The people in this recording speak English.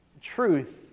truth